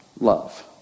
love